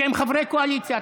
שהם חברי קואליציה.